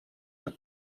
have